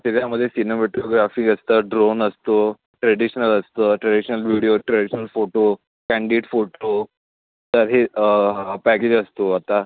त्याच्यामध्ये सिनेमॅटोग्राफी असतं ड्रोन असतो ट्रेडिशनल असतं traditional video traditional photo candid photo तर हे पॅकेज असतो आता